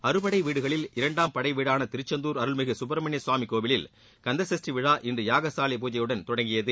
அறுபடை வீடுகளில் இரண்டாம் படை வீடான திருச்செந்தூர் அருள்மிகு சுப்ரமணியசுவாமி கோவிலில் கந்த சஷ்டி விழா இன்று யாகசாலை பூஜையுடன் தொடங்கியது